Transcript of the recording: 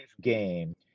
game